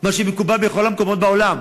מה שמקובל בכל המקומות בעולם,